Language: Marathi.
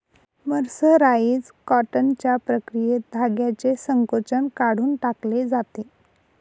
मर्सराइज्ड कॉटनच्या प्रक्रियेत धाग्याचे संकोचन काढून टाकले जाते